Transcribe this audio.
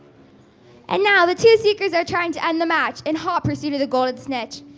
and now the two seekers are trying to end the match in hot pursuit of the golden snitch.